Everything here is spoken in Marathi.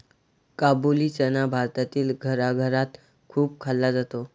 काबुली चना भारतातील घराघरात खूप खाल्ला जातो